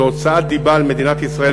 זה הוצאת דיבה על מדינת ישראל,